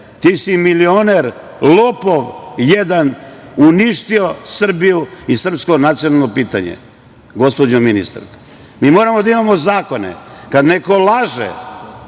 Ti si milioner, lopov jedan, uništio Srbiju i srpsko nacionalno pitanje. Gospođo ministar, mi moramo da imamo zakone. Kad neko laže,